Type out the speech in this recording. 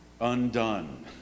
undone